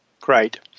Great